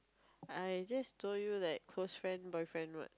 I just told you like close friend boyfriend what